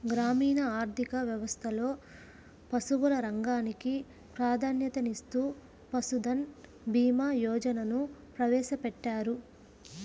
గ్రామీణ ఆర్థిక వ్యవస్థలో పశువుల రంగానికి ప్రాధాన్యతనిస్తూ పశుధన్ భీమా యోజనను ప్రవేశపెట్టారు